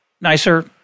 nicer